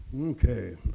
Okay